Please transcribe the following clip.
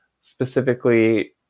specifically